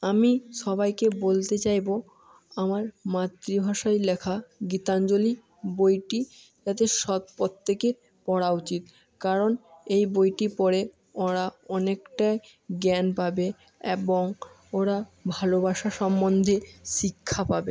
আমি সবাইকে বলতে চাইবো আমার মাতৃভাষায় লেখা গীতাঞ্জলি বইটি যাতে সব প্রত্যেকের পড়া উচিত কারণ এই বইটি পড়ে ওরা অনেকটাই জ্ঞান পাবে এবং ওরা ভালোবাসা সম্বন্ধে শিক্ষা পাবে